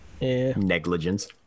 negligence